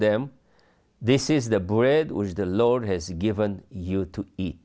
them this is the bread was the lord has given you to eat